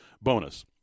bonus